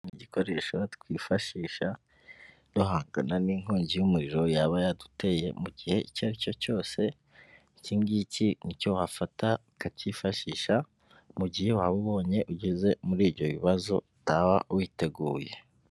Hari igikoresho twifashisha duhangana n'inkongi y'umuriro yaba yaduteye mu gihe icyo ari cyo cyose, iki ngiki ni cyo wafata ukacyifashisha mu gihe waba ubonye ugeze muri ibyo bibazo utaba witeguye.